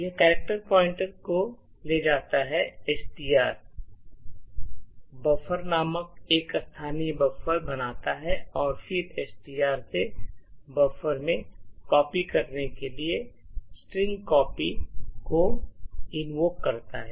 यह character pointer को ले जाता है STR यह बफर नामक एक स्थानीय बफर बनाता है और फिर STR से बफर में कॉपी करने के लिए स्ट्रिंग कॉपी को इनवॉक करता है